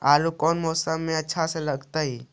आलू कौन मौसम में अच्छा से लगतैई?